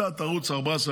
ערוץ 14,